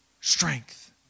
strength